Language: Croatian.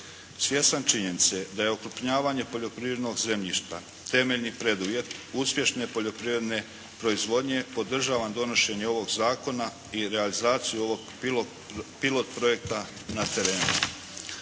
Svjestan činjenice da je okrupnjavanje poljoprivrednog zemljišta temeljni preduvjet uspješne poljoprivredne proizvodnje, podržavam donošenje ovog zakona i realizaciju ovog pilot projekta na terenu.